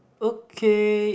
okay